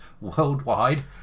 worldwide